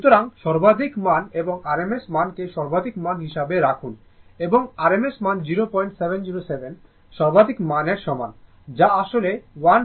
সুতরাং সর্বাধিক মান এবং RMS মান কে সর্বাধিক মান হিসাবে রাখুন এবং RMS মান 0707 সর্বাধিক মান এর সমান যা আসলে 1414